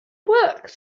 work